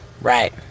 Right